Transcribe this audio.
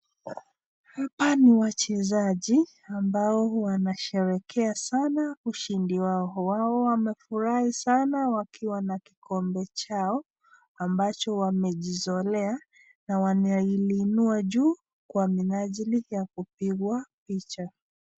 Hapa ni wachezaji ambao wanasherehekea sana ushindi wao. Wao wamefurahi sana wakiwa na kikombe chao ambacho wamejizolea na wanaliinua juu kwa minajili ya kupigwa picha.